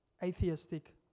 atheistic